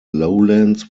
lowlands